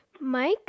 Mike